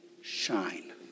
shine